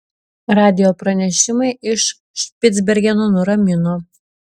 radijo pranešimai iš špicbergeno nuramino